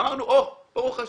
אמרנו: ברוך השם,